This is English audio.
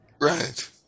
Right